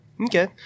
Okay